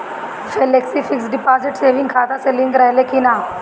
Flexi fix deposit saving खाता से link रहले कि ना?